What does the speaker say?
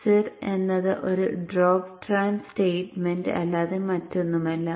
സിർ എന്നത് ഒരു ഡ്രോപ്പ് ട്രാൻ സ്റ്റേറ്റ്മെന്റ് അല്ലാതെ മറ്റൊന്നുമല്ല